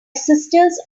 sisters